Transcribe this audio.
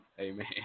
amen